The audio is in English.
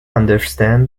understand